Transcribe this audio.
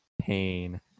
pain